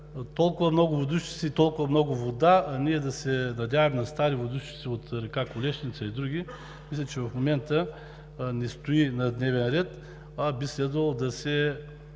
толкова много водоизточници и толкова много вода – ние да се надяваме на стари водоизточници от река Колешница и други, мисля, че в момента не стои на дневен ред, а би следвало да се